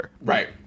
right